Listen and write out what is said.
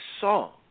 song